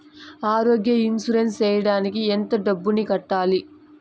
ఆరోగ్య ఇన్సూరెన్సు సేయడానికి ఎంత డబ్బుని కట్టాలి?